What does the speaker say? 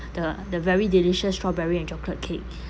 the the very delicious strawberry and chocolate cake